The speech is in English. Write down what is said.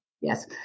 Yes